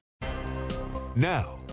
Now